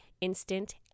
instant